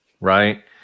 Right